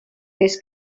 fes